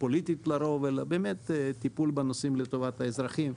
פוליטית לרוב אלא באמת טיפול בנושאים לטובת האזרחים,